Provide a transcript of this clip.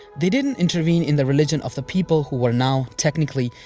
they didn't intervene in the religion of the people who were now, technically,